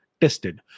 tested